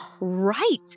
Right